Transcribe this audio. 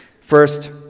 First